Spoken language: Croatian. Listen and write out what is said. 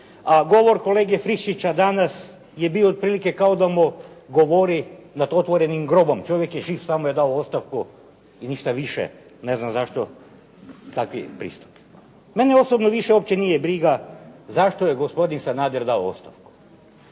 a govor kolege Friščića danas je bio otprilike kao da mu govori nad otvorenim grobom. Čovjek je …/Govornik se ne razumije./… što mu je dao ostavku i ništa više. Ne znam zašto takvi pristupi. Mene osobno više uopće nije briga zašto je gospodin Sanader dao ostavku